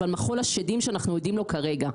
למחול השדים שאנחנו עדים לו כרגע.